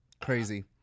crazy